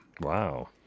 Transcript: Wow